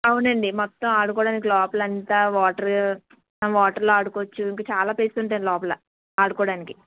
అవునండి మొత్తం ఆడుకోవడానికి లోపల అంతా వాటరు వాటర్లో ఆడుకోవచ్చు ఇంకా చాలా ప్లేస్లు ఉంటాయి లోపల ఆడుకోవడానికి